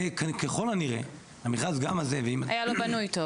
וככל הנראה, המכרז גם הזה --- היה לא בנוי טוב.